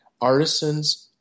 Artisans